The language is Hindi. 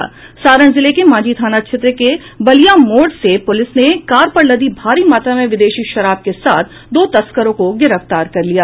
सारण जिले के मांझी थाना क्षेत्र के बलिया मोड़ से प्रलिस ने कार पर लदी भारी मात्रा में विदेशी शराब के साथ दो तस्करों को गिरफ्तार कर लिया